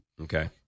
Okay